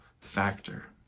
factor